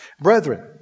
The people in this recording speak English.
Brethren